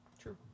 true